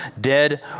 dead